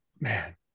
man